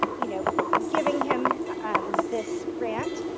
you know giving him this grant,